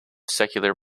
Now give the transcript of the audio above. secular